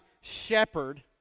shepherd